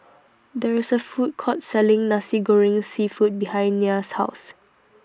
There IS A Food Court Selling Nasi Goreng Seafood behind Nya's House